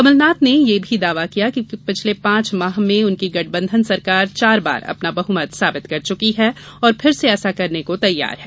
कमलनाथ ने यह भी दावा किया कि वे पिछले पांच माह में उनकी गठबंधन सरकार चार बार अपना बहुमत साबित कर चुकी है और फिर से ऐसा करने को तैयार हैं